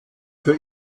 für